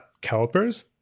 calipers